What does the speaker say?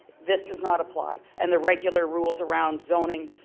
this does not apply and the regular rules around zoning,